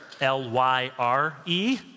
L-Y-R-E